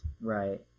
Right